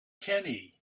kenny